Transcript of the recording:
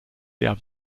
der